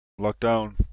Lockdown